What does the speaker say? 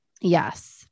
Yes